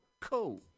cool